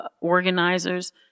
organizers